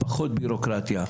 פחות בירוקרטיה,